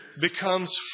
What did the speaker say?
becomes